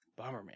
Bomberman